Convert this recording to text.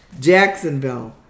Jacksonville